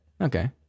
okay